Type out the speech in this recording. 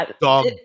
dog